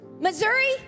Missouri